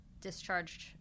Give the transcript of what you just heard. discharged